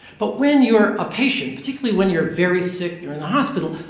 but when you're a patient, particularly when you're very sick, you're in the hospital,